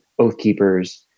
Oathkeepers